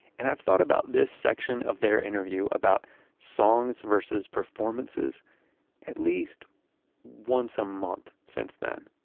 and i thought about this section of their interview, about songs versus performances at least once a month since then,